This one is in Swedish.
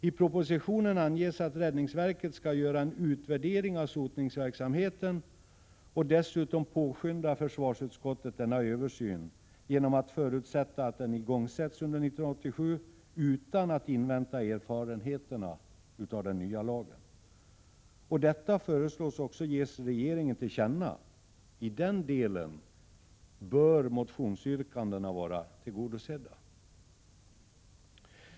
I propositionen anges att räddningsverket skall göra en utvärdering av sotningsverksamheten, och dessutom påskyndar försvarsutskottet denna översyn genom att förutsätta att den igångsätts under 1987 utan att invänta erfarenheterna av den nya lagen. Detta föreslås också ges regeringen till känna. I den delen bör motionsyrkandena vara tillgodosedda.